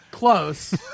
close